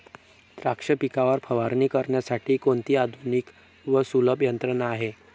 द्राक्ष पिकावर फवारणी करण्यासाठी कोणती आधुनिक व सुलभ यंत्रणा आहे?